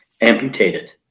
amputated